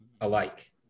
alike